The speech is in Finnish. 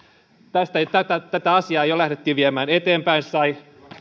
tätä tätä asiaa jo lähdettiin viemään eteenpäin se sai